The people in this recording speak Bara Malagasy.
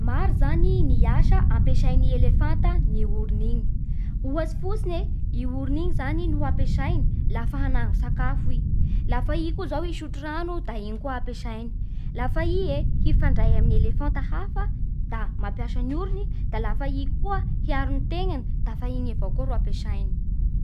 Maro zany ny asa ampiasain'ny elefanta ny orony igny. Ohatsy fotsiny e io orony igny zany no ampiasaigny lafa hanango sakafo i. Lafa i koa izao hisotro rano da igny koa ampiasaigny. Lafa i hifandray amin'ny elefanta hafa da mampiasa ny orony. Da lafa i koa hiaro ny tegnany dafa igny avao koa ro ampiasaigny.